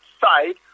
side